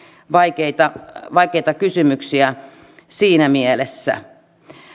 vaikeita vaikeita kysymyksiä siinä mielessä